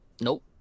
Nope